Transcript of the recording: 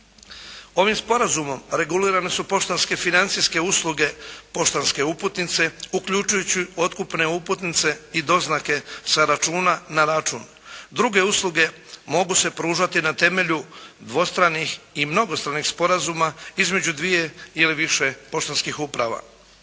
Ovim sporazumom regulirane su poštanske financijske usluge, poštanske uplatnice, uključujući otkupne uputnice i doznake sa računa na račun. Druge usluge mogu se pružati na temelju dvostranih i mnogostranih sporazuma između dvije ili više poštanskih uprava.